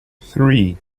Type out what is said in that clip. three